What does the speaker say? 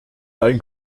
dein